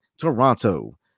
Toronto